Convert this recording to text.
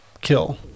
kill